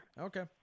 Okay